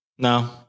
No